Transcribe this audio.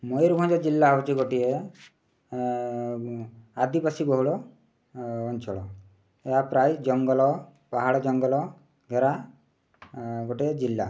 ମୟୂରଭଞ୍ଜ ଜିଲ୍ଲା ହେଉଛି ଗୋଟିଏ ଆଦିବାସୀ ବହୁଳ ଅଞ୍ଚଳ ଏହା ପ୍ରାୟ ଜଙ୍ଗଲ ପାହାଡ଼ ଜଙ୍ଗଲ ଘରା ଗୋଟିଏ ଜିଲ୍ଲା